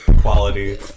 quality